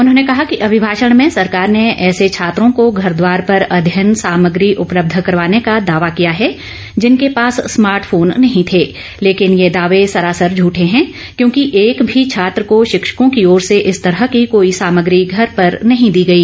उन्होंने कहा कि अभिभाषण में सरकार ने ऐसे छात्रों को घर द्वार पर अध्ययन सामग्री उपलब्ध करवाने का दावा किया है जिनके पास स्मार्ट फोन नहीं थे लेकिन ये दावे सरासर झठे हैं क्योंकि एक भी छात्र को शिक्षकों की ओर से इस तरह की कोई सामग्री घर पर नहीं दी गई